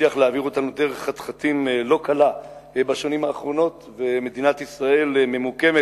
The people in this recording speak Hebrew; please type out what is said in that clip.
והצליח להעביר אותנו בשנים האחרונות דרך חתחתים,